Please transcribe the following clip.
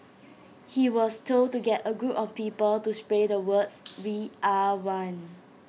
he was told to get A group of people to spray the words we are one